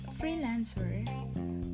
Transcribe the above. freelancer